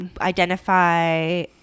identify